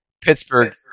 Pittsburgh